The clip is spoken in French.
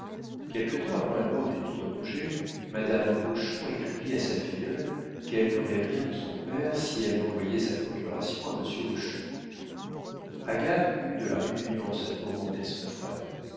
quelque temps avant la mort du docteur rouget madame hochon écrivit à sa filleule qu'elle n'aurait rien de son père si elle n'envoyait sa procuration à monsieur hochon agathe eut de la répugnance à tourmenter son frère